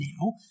now